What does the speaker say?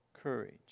courage